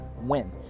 win